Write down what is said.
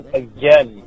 again